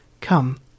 Come